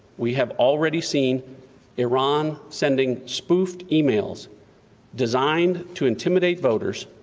we have already seen iran sending spoofed emails designed to intimidate voters,